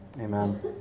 Amen